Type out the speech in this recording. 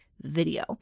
video